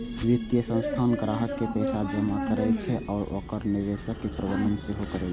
वित्तीय संस्थान ग्राहकक पैसा जमा करै छै आ ओकर निवेशक प्रबंधन सेहो करै छै